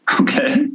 okay